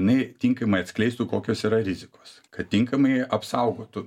jinai tinkamai atskleistų kokios yra rizikos kad tinkamai apsaugotų